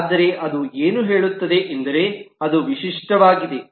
ಆದರೆ ಅದು ಏನು ಹೇಳುತ್ತದೆ ಎಂದರೆ ಅದು ವಿಶಿಷ್ಟವಾಗಿದೆ